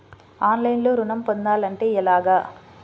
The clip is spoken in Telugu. ఆన్లైన్లో ఋణం పొందాలంటే ఎలాగా?